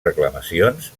reclamacions